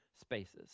spaces